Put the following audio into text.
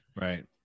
right